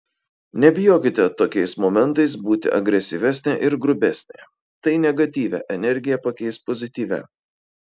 nebijokite tokiais momentais būti agresyvesnė ir grubesnė tai negatyvią energiją pakeis pozityvia